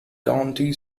county